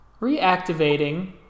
Reactivating